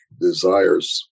desires